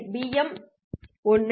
M 1 B